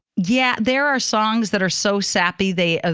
yeah. there are songs that are so sappy, they. ah